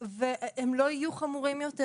והם לא יהיו חמורים יותר,